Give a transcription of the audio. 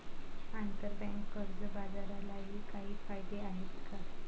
आंतरबँक कर्ज बाजारालाही काही कायदे आहेत का?